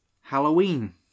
Halloween